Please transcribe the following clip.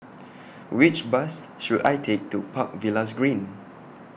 Which Bus should I Take to Park Villas Green